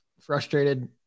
frustrated